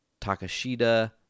Takashida